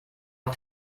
auf